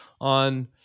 on